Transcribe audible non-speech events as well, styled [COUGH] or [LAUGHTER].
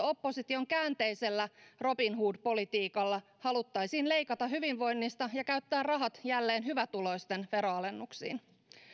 [UNINTELLIGIBLE] opposition käänteisellä robinhood politiikalla haluttaisiin leikata hyvinvoinnista ja käyttää rahat jälleen hyvätuloisten veronalennuksiin